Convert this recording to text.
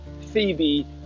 Phoebe